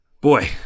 boy